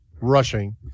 rushing